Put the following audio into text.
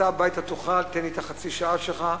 סע הביתה, תאכל, תן לי את החצי שעה שלך.